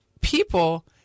people